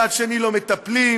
מצד שני לא מטפלים,